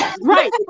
Right